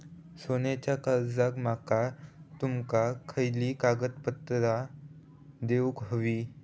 सोन्याच्या कर्जाक माका तुमका खयली कागदपत्रा देऊक व्हयी?